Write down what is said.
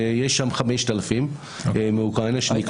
ויש שם 5,000 מאוקראינה שנקלטו.